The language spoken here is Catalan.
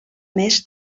més